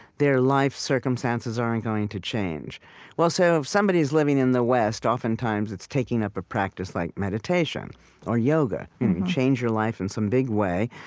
their life circumstances aren't going to change well, so if somebody's living in the west, oftentimes, it's taking up a practice like meditation or yoga. you change your life in some big way,